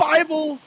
Bible